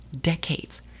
decades